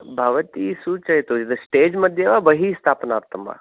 भवती सूचयतु स्टेज् मध्ये वा बहिः स्थापनार्थं वा